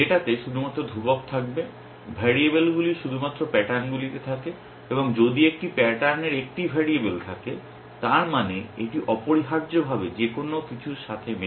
ডেটাতে শুধুমাত্র ধ্রুবক থাকবে ভেরিয়েবলগুলি শুধুমাত্র প্যাটার্নগুলিতে থাকে এবং যদি একটি প্যাটার্নের একটি ভেরিয়েবল থাকে তার মানে এটি অপরিহার্যভাবে যেকোনো কিছুর সাথে মেলে